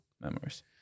memories